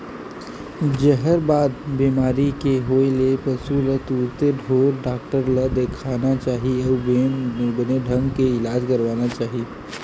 जहरबाद बेमारी के होय ले पसु ल तुरते ढ़ोर डॉक्टर ल देखाना चाही अउ बने ढंग ले इलाज करवाना चाही